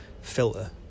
filter